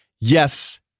yes